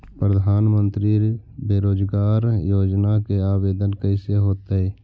प्रधानमंत्री बेरोजगार योजना के आवेदन कैसे होतै?